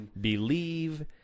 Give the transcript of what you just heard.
believe